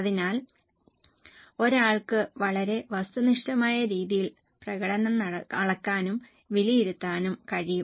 അതിനാൽ ഒരാൾക്ക് വളരെ വസ്തുനിഷ്ഠമായ രീതിയിൽ പ്രകടനം അളക്കാനും വിലയിരുത്താനും കഴിയും